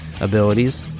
abilities